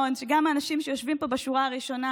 גם איך הצלחתם להגיע אליו בלי שהציבור הישראלי נהנה